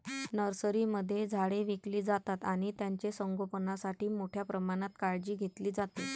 नर्सरीमध्ये झाडे विकली जातात आणि त्यांचे संगोपणासाठी मोठ्या प्रमाणात काळजी घेतली जाते